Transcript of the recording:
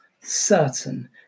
certain